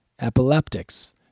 epileptics